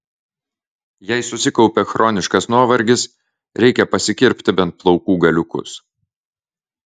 jei susikaupė chroniškas nuovargis reikia pasikirpti bent plaukų galiukus